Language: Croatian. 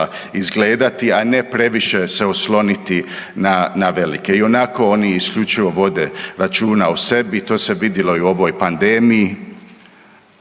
izgledati, a ne previše se osloniti na velike. Ionako oni isključivo vode računa o sebi. To se vidjelo i u ovoj pandemiji.